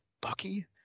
Bucky